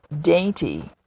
dainty